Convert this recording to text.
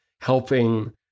helping